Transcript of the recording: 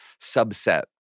subset